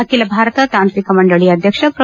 ಅಖಿಲ ಭಾರತ ತಾಂತ್ರಿಕ ಮಂಡಳಿಯ ಅಧ್ವಕ್ಷ ಪ್ರೊ